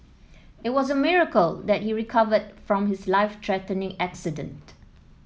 it was a miracle that he recovered from his life threatening accident